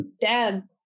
dad